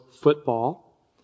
football